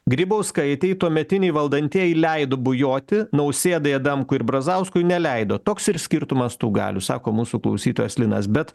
grybauskaitei tuometiniai valdantieji leido bujoti nausėdai adamkui ir brazauskui neleido toks ir skirtumas tų galių sako mūsų klausytojas linas bet